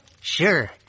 Sure